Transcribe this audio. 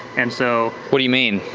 and so what do you mean?